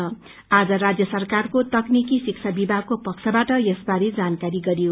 सोमबार राज्य सरकारको तकनिकी शिक्षा विमागको पक्षबाट यस बारे जानकारी गरियो